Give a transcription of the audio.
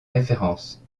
référence